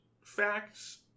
facts